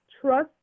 Trust